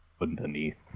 underneath